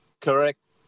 correct